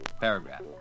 Paragraph